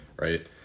right